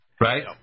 right